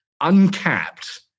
uncapped